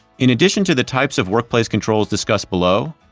in addition to the types of workplace controls discussed below,